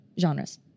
genres